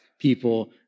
people